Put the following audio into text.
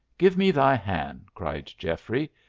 give me thy hand, cried geoffrey,